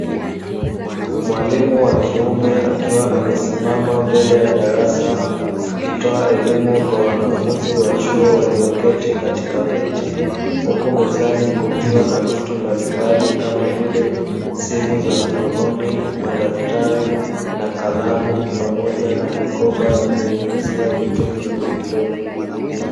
Mwalimu wa kiume akiwa amesimama mbele ya darasa, akitoa elimu kwa wanafunzi wa chuo walioketi katika viti, huku mezani kukiwa na vitu mbalimbali kama vile: simu za mkononi, madaftari na kalamu pamoja na mikoba, ya kuhifadhia vitu vidogo vidogo.